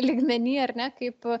lygmenyj ar ne kaip